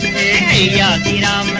da da da